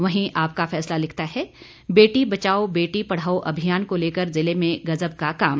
वहीं आपका फैसला लिखता है बेटी बचाओ बेटी पढ़ाओ अभियान को लेकर जिले में गजब का काम